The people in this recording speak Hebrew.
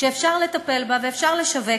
שאפשר לטפל בה ואפשר לשווק,